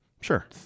sure